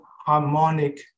harmonic